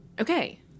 Okay